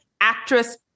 actress